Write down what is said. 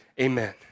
Amen